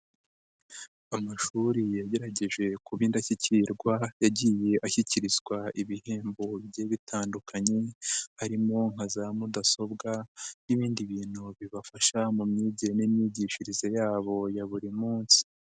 Amashuri yagerageje kuba indashyikirwa, yagiye ashyikirizwa ibihembo bigiye bitandukanye, harimo; nka za mudasobwa, n'ibindi bintu bibafasha mu myigire n'imyigishirize yabo ya buri munsi.